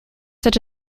such